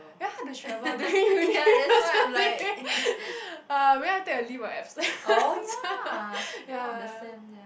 very hard to travel during uni ah maybe I take a leave of absence ya